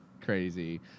crazy